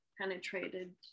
penetrated